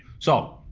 so,